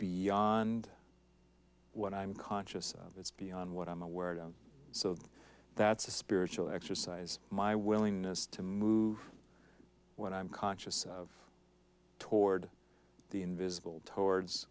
beyond what i'm conscious of it's beyond what i'm aware of so that's a spiritual exercise my willingness to move when i'm conscious of toward the invisible towards